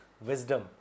Wisdom